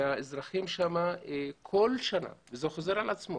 שהאזרחים שם כל שנה וזה חוזר על עצמו